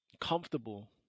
comfortable